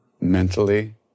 mentally